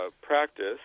Practice